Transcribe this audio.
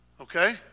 Okay